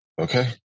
okay